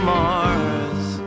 Mars